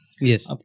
yes